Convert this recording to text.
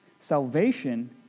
Salvation